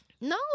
No